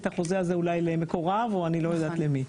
החוזה הזה אולי למקוריו או אני לא יודעת למי.